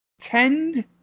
tend